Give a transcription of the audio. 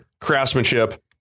craftsmanship